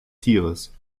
tieres